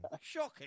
shocking